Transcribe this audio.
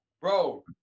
Bro